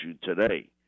today